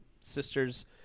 sisters